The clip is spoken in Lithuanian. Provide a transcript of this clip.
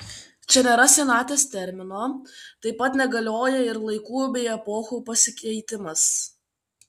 čia nėra senaties termino taip pat negalioja ir laikų bei epochų pasikeitimas